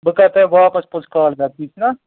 بہٕ کر تۄہہِ واپس پوٚتُس کال بیک ٹھیک چھُ نہ